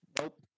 Nope